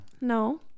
No